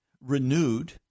renewed